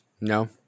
No